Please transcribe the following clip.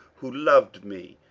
who loved me,